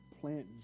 plant